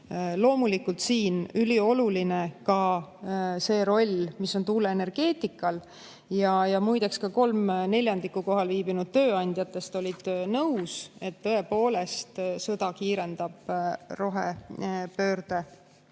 Loomulikult on siin ülioluline ka see roll, mis on tuuleenergeetikal. Muideks, ka kolm neljandikku kohal viibinud tööandjatest oli nõus, et tõepoolest sõda kiirendab rohepööret,